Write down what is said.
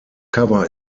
cover